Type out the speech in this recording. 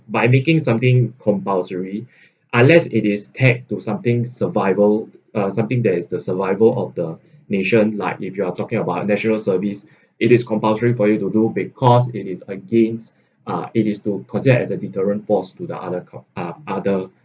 by making something compulsory unless it is tagged to something survival uh something there is the survival of the nation like if you are talking about national service it is compulsory for you to do because it is against uh it is to consider as a deterrent force to the other co~ uh other